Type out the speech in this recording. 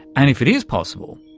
and if it is possible,